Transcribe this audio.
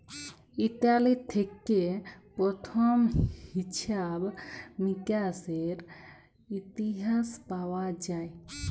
Italy থেক্যে প্রথম হিছাব মিকাশের ইতিহাস পাওয়া যায়